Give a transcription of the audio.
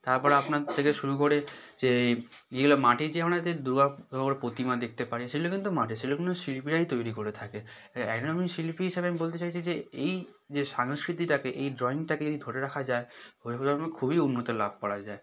তারপর আপনার থেকে শুরু করে যে এই যেগুলো মাটির যে ধরনের যে দুর্গা পুজোর প্রতিমা দেখতে পারে সেগুলো কিন্তু মাটির সেগুলো কিন্তু শিল্পীরাই তৈরি করে থাকে একজন শিল্পী হিসাবে আমি বলতে চাইছি যে এই যে সংস্কৃতিটাকে এই ড্রয়িংটাকে যদি ধরে রাখা যায় ভবিষ্যৎ প্রজন্ম খুবই উন্নত লাভ করা যায়